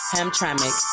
Hamtramck